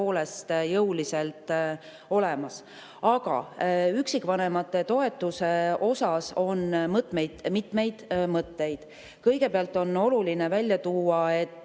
tõepoolest jõuliselt olemas. Aga üksikvanemate toetuse kohta on mitmeid mõtteid. Kõigepealt on oluline välja tuua, et